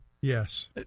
Yes